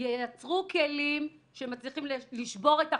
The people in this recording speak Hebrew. שייצרו כלים שמצליחים לשבור את החסמים.